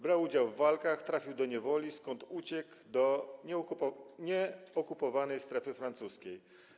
Brał udział w walkach, trafił do niewoli, skąd uciekł do nieokupowanej strefy francuskiej.